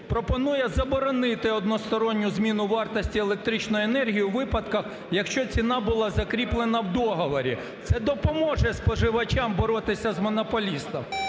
пропонує заборонити односторонню зміну вартості електричної енергії у випадках, якщо ціна була закріплена в договорі. Це допоможе споживачам боротися з монополістом.